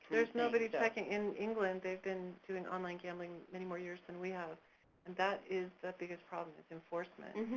there's nobody checking in england. they've been doing online gambling many more years than we ah and that is the biggest problem is enforcement.